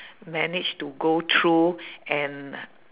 managed to go through and